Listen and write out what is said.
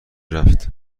رفت